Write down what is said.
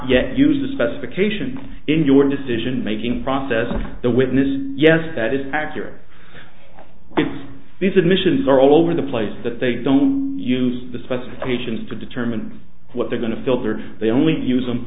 yet used the specification in your decision making process of the witness yes that is accurate if these admissions are all over the place that they don't use the specifications to determine what they're going to filter they only use them